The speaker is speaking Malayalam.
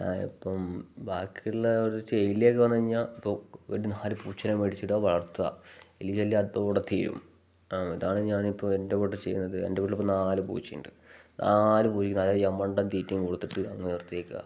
ഇപ്പം ബാക്കിയുള്ള ഒരു ചെയിലേക്ക് വന്ന് കഴിഞ്ഞാൽ ഇപ്പോൾ ഒരു നാല് പൂച്ചനെ മേടിച്ച് ഇടുക വളർത്തുക എലി ശല്യം അതോടെ തീരും ഇതാണ് ഞാൻ ഇപ്പോൾ എൻ്റെ കൂടെ ചെയ്യുന്നത് എൻ്റെ വീട്ടിൽ ഇപ്പം നാല് പൂച്ചയുണ്ട് നാല് പൂച്ചയ്ക്ക് അതായത് ഈ യമണ്ടൻ തീറ്റയും കൊടുത്തിട്ട് അങ്ങ് നിർത്തിയെക്കുകയാണ്